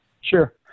Sure